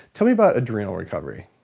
tell me about adrenal recovery